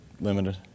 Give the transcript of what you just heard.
limited